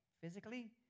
physically